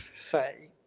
say